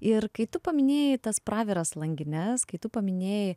ir kai tu paminėjai tas praviras langines kai tu paminėjai